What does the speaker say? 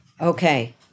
Okay